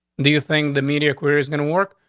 do you think the media query is gonna work?